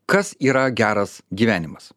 kas yra geras gyvenimas